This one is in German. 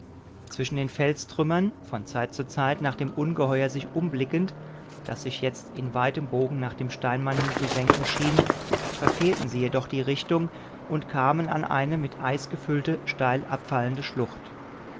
zwischen den felstrümmern von zeit zu zeit nach dem ungeheuer sich umblickend das sich jetzt in weitem bogen nach dem steinmann hin zu senken schien verfehlten sie jedoch die richtung und kamen an eine mit eis gefüllte steil abfallende schlucht